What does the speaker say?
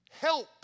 Help